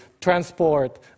transport